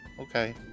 Okay